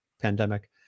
pandemic